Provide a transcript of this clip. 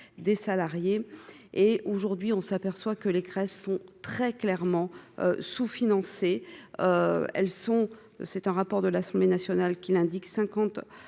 des salariés, et aujourd'hui on s'aperçoit que les crèches sont très clairement sous-financé, elles sont, c'est un rapport de l'Assemblée nationale qui l'indique 50